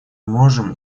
можем